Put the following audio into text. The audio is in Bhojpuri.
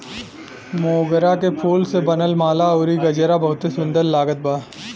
मोगरा के फूल से बनल माला अउरी गजरा बहुते सुन्दर लागत बा